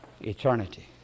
Eternity